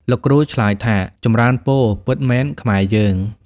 លោកគ្រូឆ្លើយថា "ចម្រើនពរ! ពិតមែនខ្មែរយើង"។